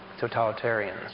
totalitarians